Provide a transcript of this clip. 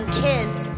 kids